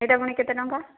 ଏଇଟା ପୁଣି କେତେ ଟଙ୍କା